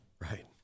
right